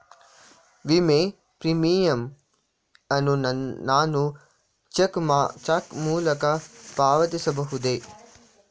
ವಿಮೆ ಪ್ರೀಮಿಯಂ ಅನ್ನು ನಾನು ಚೆಕ್ ಮೂಲಕ ಪಾವತಿಸಬಹುದೇ?